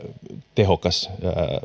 tehokas